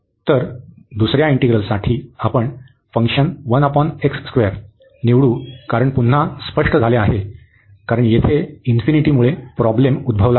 तर दुसर्या इंटिग्रलसाठी आपण फंक्शन निवडू कारण पुन्हा स्पष्ट झाले आहे कारण येथे इन्फिनिटीमुळे प्रॉब्लेम उद्भवला आहे